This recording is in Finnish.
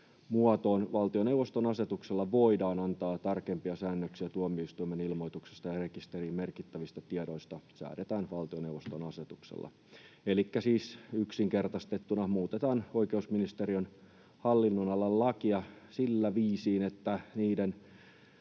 muotoon ”Valtioneuvoston asetuksella voidaan antaa tarkempia säännöksiä tuomioistuimen ilmoituksesta ja rekisteriin merkittävistä tiedoista”. Elikkä siis yksinkertaistettuna muutetaan oikeusministeriön hallinnonalan lakia sillä viisiin, että niiden